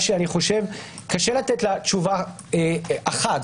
קשה לתת לה תשובה אחת.